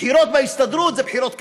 בחירות להסתדרות זה בחירות לכנסת,